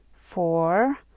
four